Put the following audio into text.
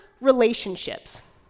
relationships